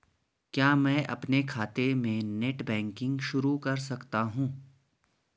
क्या मैं अपने खाते में नेट बैंकिंग शुरू कर सकता हूँ?